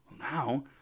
Now